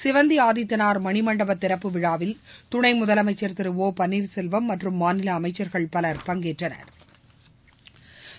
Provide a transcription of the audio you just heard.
சிவந்தி ஆதித்தனார் மணிமண்டப திறப்பு விழாவில் துணை முதலனமச்சன் திரு ஒ பள்ளீர்செல்வம் மற்றும் மாநில அமைச்சர்கள் பலர் பங்கேற்றனா்